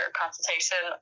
consultation